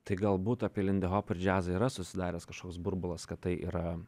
tai galbūt apie lindihopą ir džiazą yra susidaręs kažkoks burbulas kad tai yra